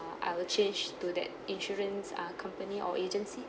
uh I will change to that insurance uh company or agency